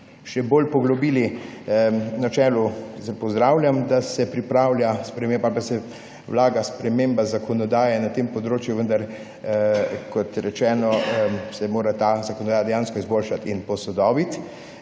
še bolj poglobili. Načelno pozdravljam, da se vlaga sprememba zakonodaje na tem področju, vendar, kot rečeno, se mora ta zakonodaja dejansko izboljšati in posodobiti.